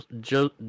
Joe